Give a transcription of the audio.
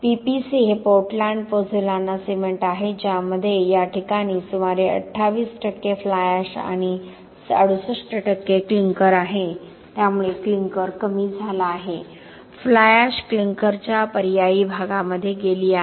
PPC हे Portland pozzolana cement आहे ज्यामध्ये या प्रकरणात सुमारे 28 फ्लाय ऍश आणि 68 क्लिंकर आहे त्यामुळे क्लिंकर कमी झाला आहे फ्लाय ऍश क्लिंकरच्या पर्यायी भागामध्ये गेली आहे